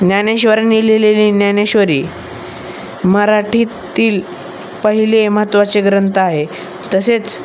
ज्ञानेश्वरांनी लिहिलेली ज्ञानेश्वरी मराठीतील पहिले महत्त्वाचे ग्रंथ आहे तसेच